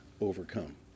overcome